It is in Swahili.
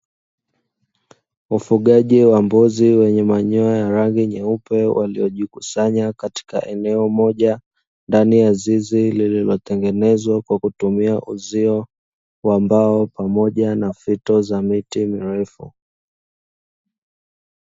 Wafugaji wa mbuzi wenye manyoya ya rangi nyeupe, waliojikusanya katika eneo moja. Ndani ya zizi lililotengenezwa kwa kutumia uzio wa mbao pamoja na fito za miti mirefu.